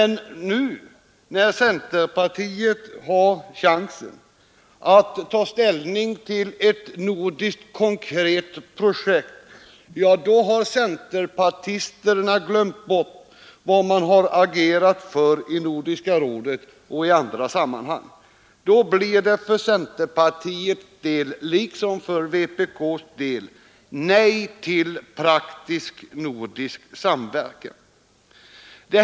Nu, när centerpartiet har chansen att ta ställning till ett konkret nordiskt projekt, har centerpartisterna emellertid glömt bort vad de har agerat för t.ex. i Nordiska rådet. Nu blir det för centerpartiets del, liksom för vpk :s del, nej till praktisk nordisk samverkan.